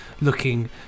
looking